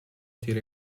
tira